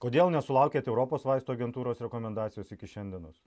kodėl nesulaukėt europos vaistų agentūros rekomendacijos iki šiandienos